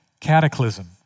cataclysm